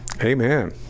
Amen